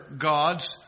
gods